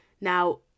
Now